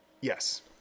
Yes